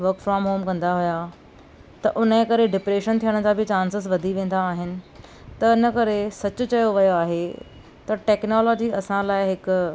work from home कंदा हुया त उन जे करे डिप्रेशन थियण जा बि चांसेस वधी वेंदा आहिनि त इन करे सचु चयो वियो आहे त टेक्नोलॉजी असां लाइ हिकु